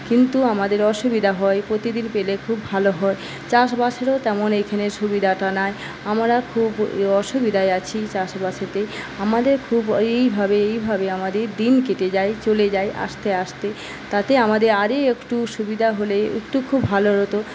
কিন্তু আমাদের অসুবিধা হয় প্রতিদিন পেলে খুব ভালো হয় চাষবাসেরও তেমন এইখানে সুবিধাটা নাই আমরা খুব অসুবিধায় আছি চাষবাসেতে আমাদের খুব এইভাবে এইভাবে আমাদের দিন কেটে যায় চলে যায় আস্তে আস্তে তাতে আমাদের আরও একটু সুবিধা হলে একটু খুব ভালো হতো